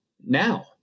now